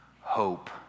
hope